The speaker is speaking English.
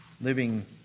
living